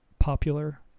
popular